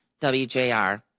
WJR